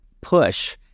push